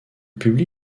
publie